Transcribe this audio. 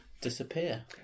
disappear